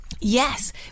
Yes